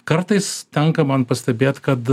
kartais tenka man pastebėt kad